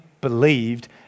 believed